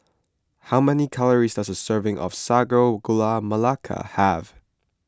how many calories does a serving of Sago Gula Melaka have